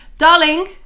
darling